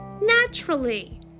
Naturally